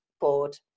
board